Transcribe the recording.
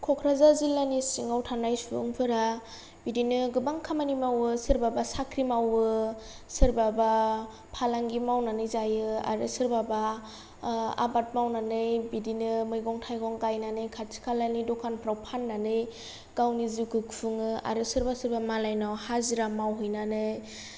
कक्राझार जिल्लानि सिङाव थानाय सुबुंफोरा बिदिनो गोबां खामानि मावो सोरबाबा साख्रि मावो सोरबाबा फालांगि मावनानै जायो आरो सोरबाबा आबाद मावनानै बिदिनो मैगं थाइगं गायनानै खाथिखालानि द'खानफ्राव फान्नानै गावनि जिउखौ खुङो आरो सोरबा सोरबा मालायनाव हाजिरा मावहैनानै